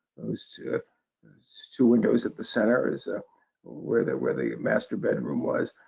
those two so two windows at the center is ah where the where the master bedroom was.